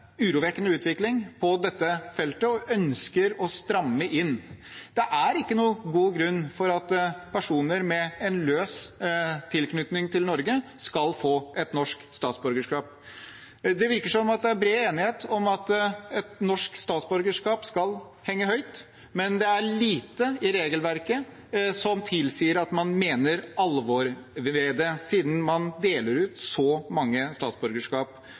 urovekkende utvikling på dette feltet og ønsker å stramme inn. Det er ikke noen god grunn til at personer med en løs tilknytning til Norge skal få et norsk statsborgerskap. Det virker som det er bred enighet om at et norsk statsborgerskap skal henge høyt, men det er lite i regelverket som tilsier at man mener alvor med det, siden man deler ut så mange statsborgerskap